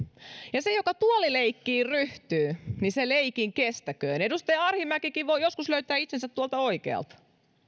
ja se joka tuolileikkiin ryhtyy leikin kestäköön edustaja arhinmäkikin voi joskus löytää itsensä tuolta oikealta